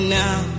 now